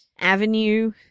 avenue